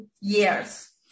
years